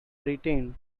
britain